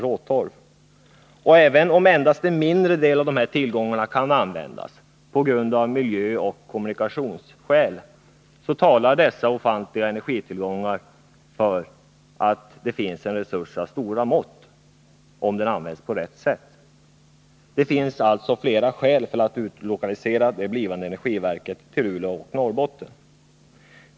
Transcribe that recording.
råtorv, och även om endast en mindre del av dessa tillgångar kan användas, av miljöoch kommunikationsskäl, så talar dessa ofantliga energitillgångar för att det här finns en resurs av stora mått om den används på rätt sätt. Det finns alltså flera skäl för att utlokalisera det blivande energiverket till Luleå och Norrbotten.